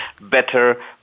better